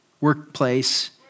workplace